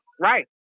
right